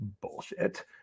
bullshit